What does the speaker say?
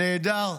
נהדר.